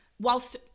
Whilst